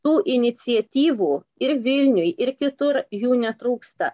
tų iniciatyvų ir vilniuj ir kitur jų netrūksta